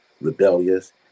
rebellious